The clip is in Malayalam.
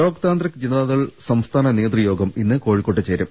ലോക് താന്ത്രിക് ജനതാദൾ സംസ്ഥാന നേതൃ യോഗം ഇന്ന് കോ ഴിക്കോട്ട് ചേരും